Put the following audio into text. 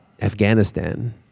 Afghanistan